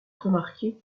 remarquer